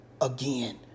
again